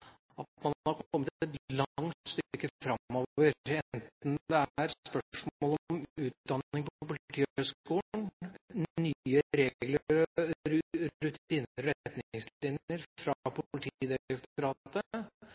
at man har kommet et langt stykke framover, enten det er spørsmål om utdanning på Politihøgskolen, eller nye regler, rutiner og retningslinjer fra